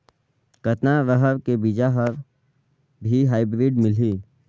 कतना रहर के बीजा हर भी हाईब्रिड मिलही?